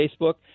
Facebook